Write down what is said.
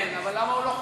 כן, אבל למה הוא לא חותם?